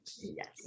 Yes